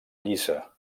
lliça